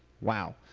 Wow